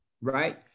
right